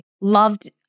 loved